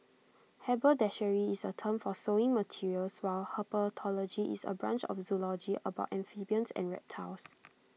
haberdashery is A term for sewing materials while herpetology is A branch of zoology about amphibians and reptiles